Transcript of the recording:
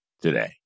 today